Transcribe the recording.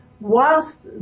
whilst